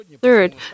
Third